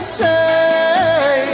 say